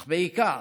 אך בעיקר,